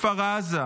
מכפר עזה,